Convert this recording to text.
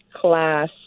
class